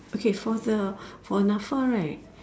okay for the for Nafa right